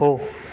हो